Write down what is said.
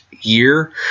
year